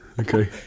Okay